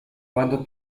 quando